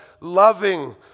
loving